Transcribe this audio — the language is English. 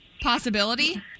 possibility